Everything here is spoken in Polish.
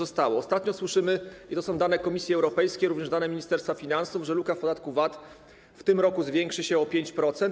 Ostatnio słyszymy, i to są dane Komisji Europejskiej, również dane Ministerstwa Finansów, że luka w podatku VAT w tym roku zwiększy się o 5%.